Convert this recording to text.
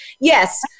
Yes